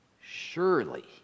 Surely